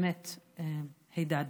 באמת הידד.